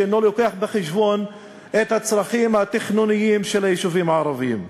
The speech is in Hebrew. שאינו מביא בחשבון את הצרכים התכנוניים של היישובים הערביים.